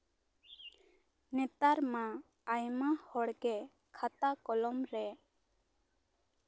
ᱱᱮᱛᱟᱨ ᱢᱟ ᱟᱭᱢᱟ ᱦᱚᱲᱜᱮ ᱠᱷᱟᱛᱟ ᱠᱚᱞᱚᱢᱨᱮ